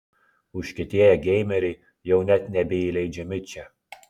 užkietėję geimeriai jau net nebeįleidžiami čia